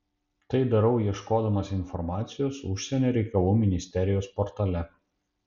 tai darau ieškodamas informacijos užsienio reikalų ministerijos portale